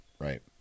Right